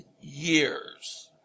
years